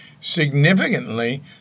Significantly